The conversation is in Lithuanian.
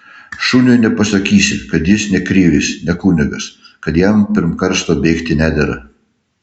šuniui nepasakysi kad jis ne krivis ne kunigas kad jam pirm karsto bėgti nedera